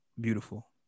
beautiful